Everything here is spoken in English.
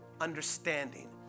understanding